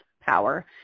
power